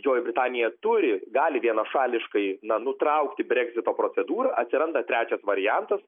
didžioji britanija turi gali vienašališkai na nutraukti breksito procedūrą atsiranda trečias variantas